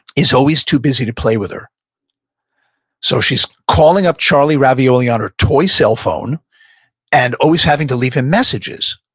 is always too busy to play with her so she's calling up charlie ravioli on her toy cell phone and always having to leave him messages.